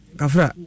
kafra